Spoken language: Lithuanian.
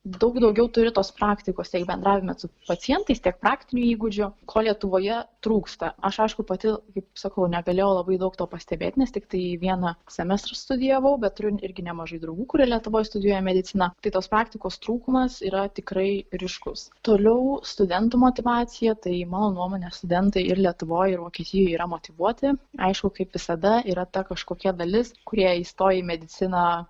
daug daugiau turi tos praktikos tiek bendravime su pacientais tiek praktinių įgūdžių ko lietuvoje trūksta aš aišku pati kaip sakau negalėjau labai daug to pastebėt nes tiktai vieną semestrą studijavau bet turiu irgi nemažai draugų kurie lietuvoj studijuoja mediciną tai tos praktikos trūkumas yra tikrai ryškus toliau studentų motyvacija tai mano nuomone studentai ir lietuvoj ir vokietijoj yra motyvuoti aišku kaip visada yra ta kažkokia dalis kurie įstoja į mediciną